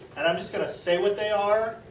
and um just going to say what they are.